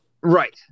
Right